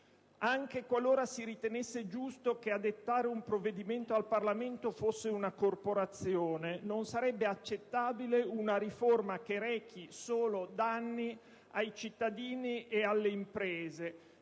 «Anche qualora si ritenesse giusto che a dettare un provvedimento al Parlamento fosse una corporazione, non sarebbe accettabile una riforma che rechi solo danni ai cittadini e alle imprese»;